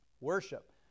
worship